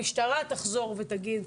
המשטרה תחזור ותגיד,